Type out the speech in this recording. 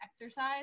exercise